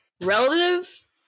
relatives